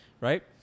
Right